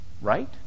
Right